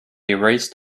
erased